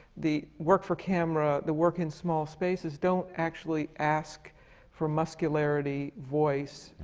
the work for camera, the work in small spaces, don't actually ask for muscularity, voice,